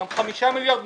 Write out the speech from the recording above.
גם 5 מיליארד מספיק.